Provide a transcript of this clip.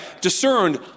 discerned